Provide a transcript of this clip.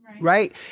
Right